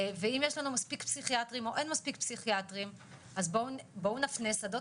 ואם יש לנו מספיק פסיכיאטרים או אין מספיק פסיכיאטרים אז בואו נפנה שדות